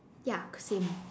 ya same